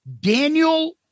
Daniel